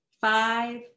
five